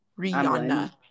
Rihanna